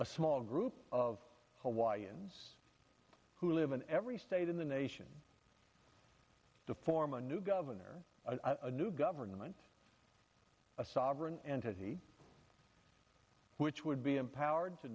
a small group of hawaiians who live in every state in the nation to form a new governor of new government a sovereign entity which would be empowered to